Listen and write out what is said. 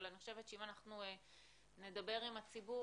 אני חושבת שאם אנחנו נדבר עם הציבור,